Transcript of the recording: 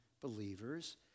believers